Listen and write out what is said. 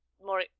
more